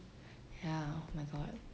ya oh my god